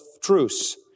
truce